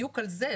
בדיוק על זה,